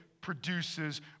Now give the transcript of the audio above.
produces